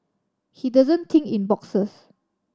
he doesn't think in boxes